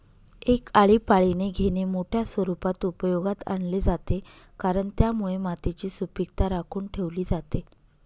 एक आळीपाळीने घेणे मोठ्या स्वरूपात उपयोगात आणले जाते, कारण त्यामुळे मातीची सुपीकता राखून ठेवली जाते